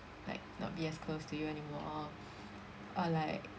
like not be as close to you anymore or like